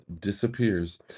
disappears